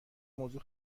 موضوع